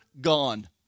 gone